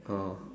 oh